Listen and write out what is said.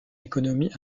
économie